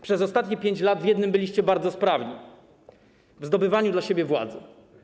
Przez ostatnie 5 lat w jednym byliście bardzo sprawni, w zdobywaniu dla siebie władzy.